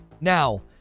Now